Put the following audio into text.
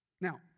Now